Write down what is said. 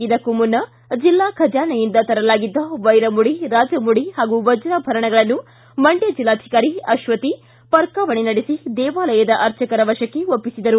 ಇದಕ್ಕೂ ಮುನ್ನ ಜಿಲ್ಲಾ ಖಜಾನೆಯಿಂದ ತರಲಾಗಿದ್ದ ವೈರಮುಡಿ ರಾಜಮುಡಿ ಪಾಗೂ ವಜ್ರಾಭರಣಗಳನ್ನು ಮಂಡ್ಯ ಜೆಲ್ಲಾಧಿಕಾರಿ ಅಶ್ವಥಿ ಪರ್ಕಾವಣೆ ನಡೆಸಿ ದೇವಾಲಯದ ಅರ್ಚಕರ ವಶಕ್ಕೆ ಒಪ್ಪಿಸಿದರು